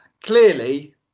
clearly